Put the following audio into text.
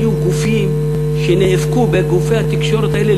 היו גופים שנאבקו בגופי התקשורת האלה,